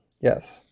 Yes